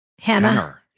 Hannah